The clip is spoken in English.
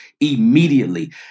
immediately